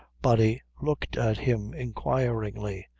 body looked at him inquiringly.